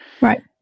Right